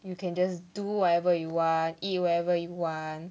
you can just do whatever you want eat whatever you want